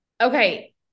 Okay